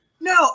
No